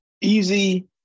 easy